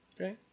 Okay